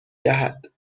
دهد